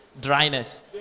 dryness